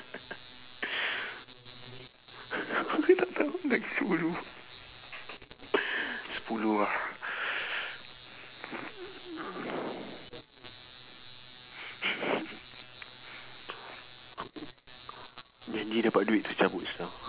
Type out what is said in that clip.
tak tahu lagi sepuluh sepuluh ah janji dapat duit terus cabut sudah